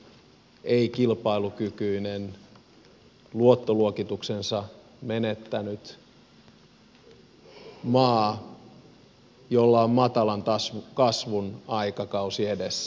me olemme ylivelkaantunut ei kilpailukykyinen luottoluokituksensa menettänyt maa jolla on matalan kasvun aikakausi edessä